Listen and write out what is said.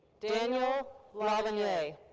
daniel lavanier.